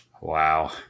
Wow